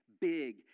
big